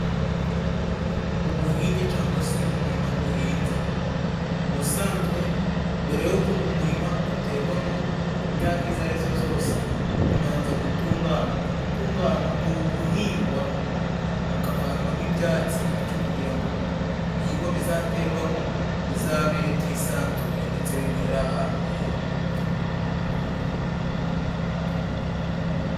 Ubuhinge cangwa si umurima guhinze. Ubusanzwe mbere yuko umurima guterwamo imyaka izo ari zo zose, gumanza gutunganywa. Uku gutunganywa, ni uguhingwa hakavanwamo ibyatsi bityo kugira ngo ibihingwa bizaterwamo bizamere byisanzuye ndetse bimerera ahantu heza.